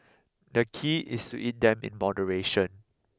the key is to eat them in moderation